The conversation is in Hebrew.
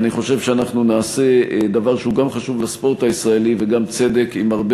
אני חושב שגם נעשה דבר חשוב לספורט הישראלי וגם צדק עם הרבה